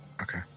Okay